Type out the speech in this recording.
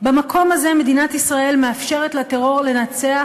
במקום הזה מדינת ישראל מאפשרת לטרור לנצח,